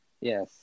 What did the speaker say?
Yes